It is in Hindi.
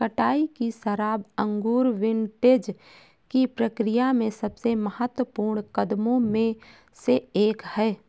कटाई की शराब अंगूर विंटेज की प्रक्रिया में सबसे महत्वपूर्ण कदमों में से एक है